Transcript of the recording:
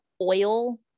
oil